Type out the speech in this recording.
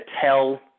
tell